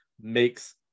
makes